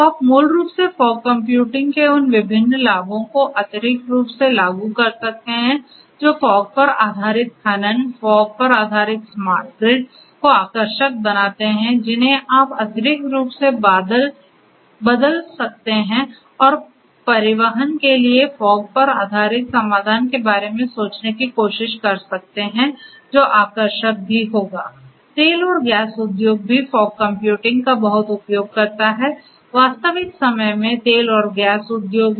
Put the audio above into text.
तो आप मूल रूप से फॉग कंप्यूटिंग के उन विभिन्न लाभों को अतिरिक्त रूप से लागू कर सकते हैं जो फॉग पर आधारित खनन फॉग पर आधारित स्मार्ट ग्रिड को आकर्षक बनाते हैं जिन्हें आप अतिरिक्त रूप से बदल सकते हैं और परिवहन के लिए फॉग पर आधारित समाधान के बारे में सोचने की कोशिश कर सकते हैं जो आकर्षक भी होगा